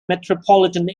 metropolitan